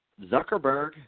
Zuckerberg